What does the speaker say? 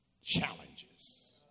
challenges